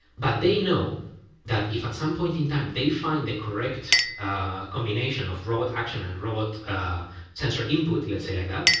but they know if at some point in time they find the correct combination of robot action and robot sensor input, let's say, like that,